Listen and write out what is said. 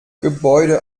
gebäude